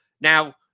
Now